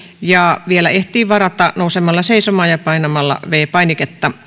ja vielä ehtii varata nousemalla seisomaan ja painamalla viides painiketta